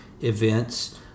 events